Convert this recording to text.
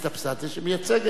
שמייצגת את,